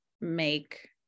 make